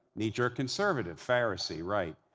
knee-jerk conservative, pharisee. right.